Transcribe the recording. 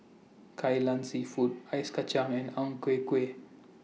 Kai Lan Seafood Ice Kachang and Ang Ku Kueh